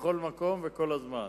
בכל מקום ובכל הזמן,